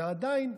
ועדיין,